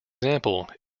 example